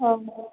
ହଁ ହଁ